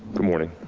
good morning.